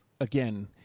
Again